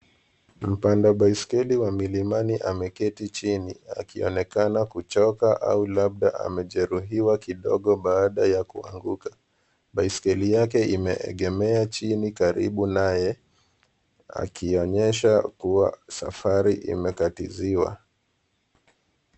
Mpanda baiskeli wa milimani ameketi chini akionekana kuchoka au labda amejeruhiwa kidogo baada ya kuanguka. Baiskeli yake imeegemea chini karibu naye akionyesha kuwa safari imekatiziwa.